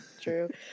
True